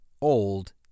old